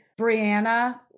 Brianna